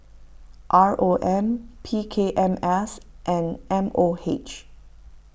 R O M P K M S and M O H